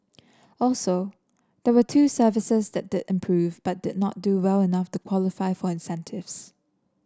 also there were two services that did improve but did not do well enough to qualify for incentives